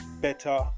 better